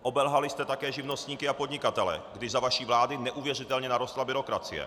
Obelhali jste také živnostníky a podnikatele, když za vaší vlády neuvěřitelně narostla byrokracie.